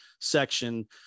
section